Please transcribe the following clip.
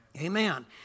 Amen